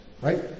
right